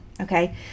Okay